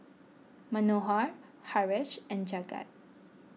Manohar Haresh and Jagat